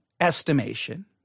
estimation